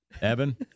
Evan